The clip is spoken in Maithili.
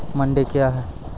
मंडी क्या हैं?